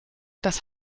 das